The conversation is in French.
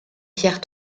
pierre